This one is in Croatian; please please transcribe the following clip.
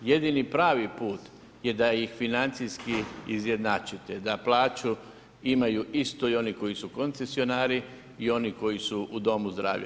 Jedini pravi put je da ih financijski izjednačite, da plaću imaju isto i oni koji su koncesionari i oni koji su u domu zdravlja.